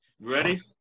Ready